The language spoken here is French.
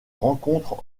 rencontrent